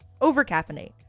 Over-caffeinate